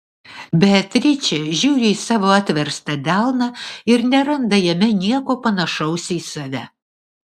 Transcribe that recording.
beatričė žiūri į savo atverstą delną ir neranda jame nieko panašaus į save